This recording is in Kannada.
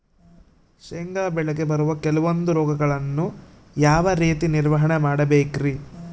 ಶೇಂಗಾ ಬೆಳೆಗೆ ಬರುವ ಕೆಲವೊಂದು ರೋಗಗಳನ್ನು ಯಾವ ರೇತಿ ನಿರ್ವಹಣೆ ಮಾಡಬೇಕ್ರಿ?